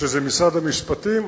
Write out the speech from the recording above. שזה משרד המשפטים.